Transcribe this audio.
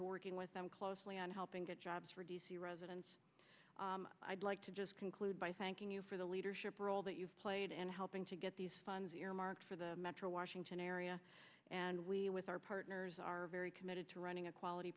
to working with them closely on helping get jobs for d c residents i'd like to just conclude by thanking you for the leadership role that you've played and helping to get these funds earmarked for the metro washington area and we with our partners are very committed to running a quality